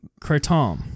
Kratom